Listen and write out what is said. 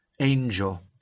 angel